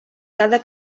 cada